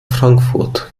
frankfurt